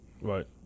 Right